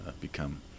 become